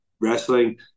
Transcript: wrestling